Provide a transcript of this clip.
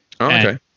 Okay